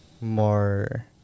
more